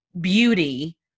beauty